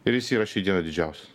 ir jis yra šiai dienai didžiausias